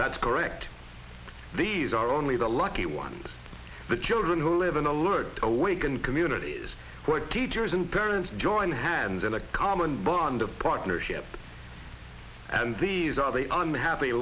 that's correct these are only the lucky ones the children who live in alert awake and communities where teachers and parents join hands in a common bond of partnership and these are they